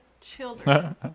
children